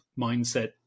mindset